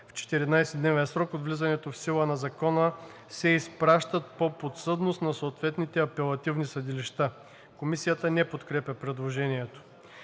в 14-дневен срок от влизането в сила на закона, се изпращат по подсъдност на съответните апелативни съдилища.“ Комисията не подкрепя предложението.